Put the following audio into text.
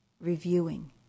Reviewing